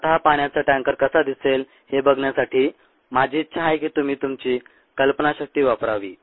आता हा पाण्याचा टँकर कसा दिसेल हे बघण्यासाठी माझी ईच्छा आहे की तुम्ही तुमची कल्पनाशक्ती वापरावी